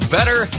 Better